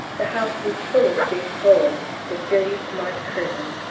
the house was full of big holes, with dirty smart curtains,